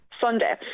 Sunday